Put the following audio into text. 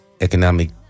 economic